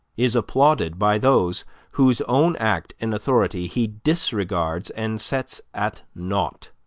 is applauded by those whose own act and authority he disregards and sets at naught